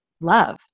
love